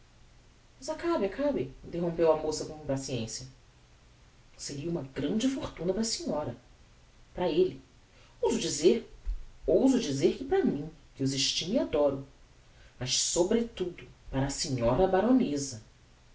mas acabe acabe interrompeu a moça com impaciencia seria uma grande fortuna para a senhora para elle ouso dizer que para mim que os estimo e adoro mas sobretudo para a sra baroneza